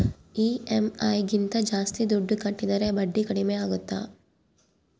EMI ಗಿಂತ ಜಾಸ್ತಿ ದುಡ್ಡು ಕಟ್ಟಿದರೆ ಬಡ್ಡಿ ಕಡಿಮೆ ಆಗುತ್ತಾ?